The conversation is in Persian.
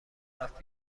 رفت